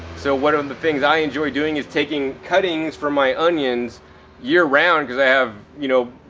so one of the things i enjoy doing is taking cuttings from my onions year round, because i have, you know,